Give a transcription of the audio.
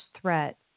threat